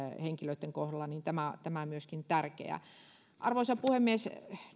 henkilöitten kohdalla on myöskin tärkeää arvoisa puhemies